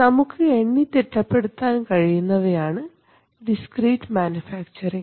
നമുക്ക് എണ്ണിത്തിട്ടപ്പെടുത്താൻ കഴിയുന്നവയാണ് ഡിസ്ക്രിറ്റ് മാനുഫാക്ചറിങ്